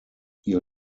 ihr